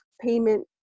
payment